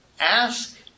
Ask